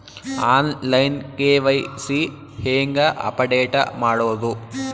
On line KYC ಹೇಂಗ update ಮಾಡೋದು?